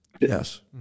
Yes